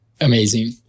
Amazing